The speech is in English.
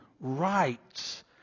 rights